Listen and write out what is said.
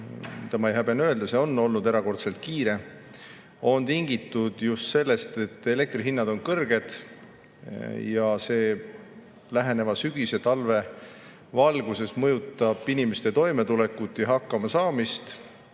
– ma ei häbene öelda, et see on olnud erakordselt kiire – on tingitud just sellest, et elektrihinnad on kõrged. Läheneva sügise ja talve valguses mõjutab see inimeste toimetulekut ja hakkamasaamist.